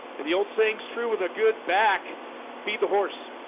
and the old sayings true with a good back feed the horse.